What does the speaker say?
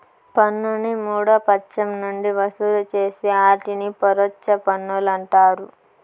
పన్నుని మూడో పచ్చం నుంచి వసూలు చేస్తే ఆటిని పరోచ్ఛ పన్నులంటారు